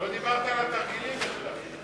לא דיברת על התרגילים בכלל.